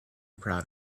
proud